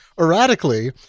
erratically